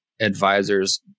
advisors